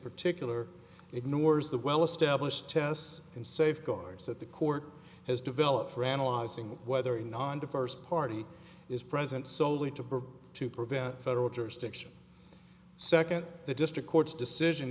particular ignores the well established tests and safeguards that the court has developed for analyzing whether in nanda first party is present soley to to prevent federal jurisdiction second the district court's decision